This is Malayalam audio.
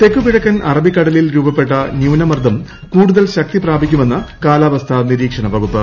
തെക്കുകിഴക്കൻ അറബിക്കടലിൽ രൂപപ്പെട്ട ന്യൂനമർദം കൂടുതൽ ശക്തി പ്രാപിക്കുമെന്ന് കാലാവസ്ഥാ നിരീക്ഷണവകുപ്പ്